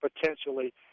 potentially